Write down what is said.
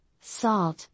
salt